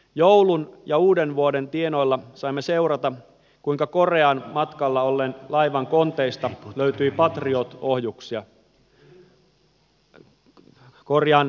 joulun ja uudenvuoden tienoilla saimme seurata kuinka etelä koreaan matkalla olleen laivan konteista löytyi patriot ohjuksia